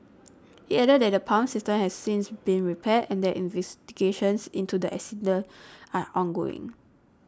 it added that the pump system has since been repaired and that investigations into the incident are ongoing